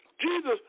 Jesus